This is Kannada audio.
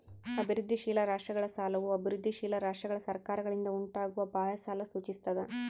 ಅಭಿವೃದ್ಧಿಶೀಲ ರಾಷ್ಟ್ರಗಳ ಸಾಲವು ಅಭಿವೃದ್ಧಿಶೀಲ ರಾಷ್ಟ್ರಗಳ ಸರ್ಕಾರಗಳಿಂದ ಉಂಟಾಗುವ ಬಾಹ್ಯ ಸಾಲ ಸೂಚಿಸ್ತದ